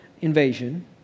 invasion